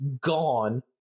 gone